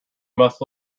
must